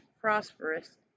prosperous